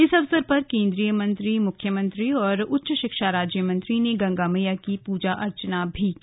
इस अवसर पर केंद्रीय मंत्री मुख्यमंत्री और उच्च शिक्षा राज्य मंत्री ने गंगा मैया की पूजा अर्चना भी की